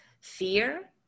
fear